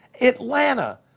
Atlanta